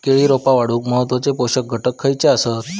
केळी रोपा वाढूक महत्वाचे पोषक घटक खयचे आसत?